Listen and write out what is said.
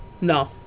No